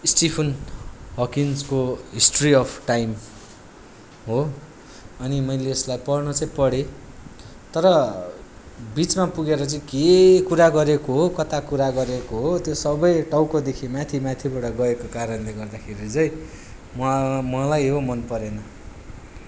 Stephen हकिन्सको history of time हो अनि मैले यसलाई पढ्नु चाहिँ पढेँ तर बिचमा पुगेर चाहिँ के कुरा गरेको हो कता कुरा गरेको हो त्यो सबै टाउकोदेखि माथिमाथिबाट गएको कारणले गर्दाखेरि चाहिँ म मलाई यो मन परेन